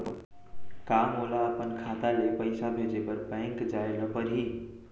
का मोला अपन खाता ले पइसा भेजे बर बैंक जाय ल परही?